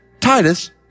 Titus